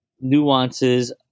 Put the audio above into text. nuances